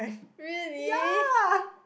really